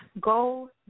go